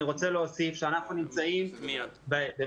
אני רוצה להוסיף שאנחנו נמצאים במשא